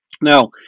Now